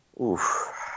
Oof